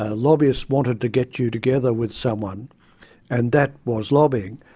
ah lobbyists wanted to get you together with someone and that was lobbying',